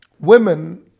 women